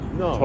no